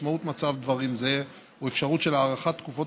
משמעות מצב דברים זה הוא אפשרות של הארכת תקופות